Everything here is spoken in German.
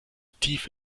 tief